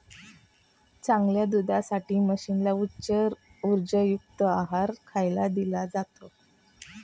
चांगल्या दुधासाठी म्हशींना उच्च उर्जायुक्त आहार खायला दिला जातो